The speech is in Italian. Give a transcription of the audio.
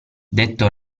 detto